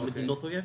הם לא מדינות אויב,